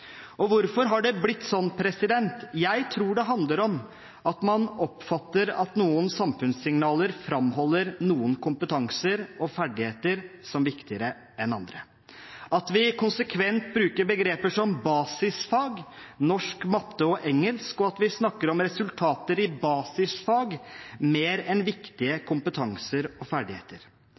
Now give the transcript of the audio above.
Hvorfor har det blitt sånn? Jeg tror det handler om at man oppfatter at noen samfunnssignaler framholder noen kompetanser og ferdigheter som viktigere enn andre, at vi konsekvent bruker begrepet «basisfag» om norsk, matte og engelsk, og at vi snakker mer om resultater i basisfag enn om viktige kompetanser og ferdigheter.